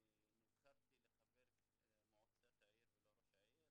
נבחרתי לחבר מועצת העיר ולא ראש העיר,